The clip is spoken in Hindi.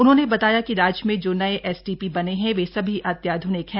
उन्होंने बताया कि राज्य में जो नये एसटीपी बने हैं वे सभी अत्याध्निक हैं